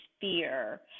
fear